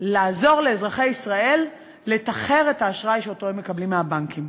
לעזור לאזרחי ישראל לתחר את האשראי שאותו הם מקבלים מהבנקים.